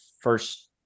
first